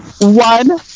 one